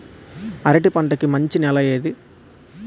అరటి పంట కి మంచి నెల ఏది?